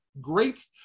great